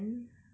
mmhmm